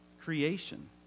creation